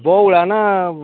ବଉଳା ନା